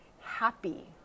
happy